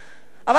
אבל עכשיו,